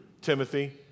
Timothy